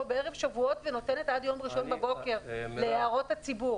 בערב שבועות ונותנת עד יום ראשון בבוקר להערות הציבור.